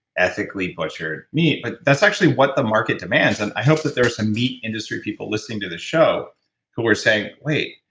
ethically butchered meat? but that's actually what the market demands, and i hope that there's some meat industry people listening to this show who are saying, wait.